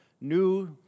new